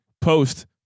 post